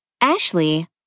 Ashley